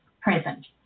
present